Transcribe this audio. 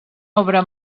obra